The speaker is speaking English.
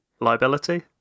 Liability